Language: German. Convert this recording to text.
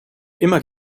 immer